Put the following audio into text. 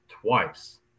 twice